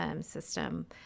system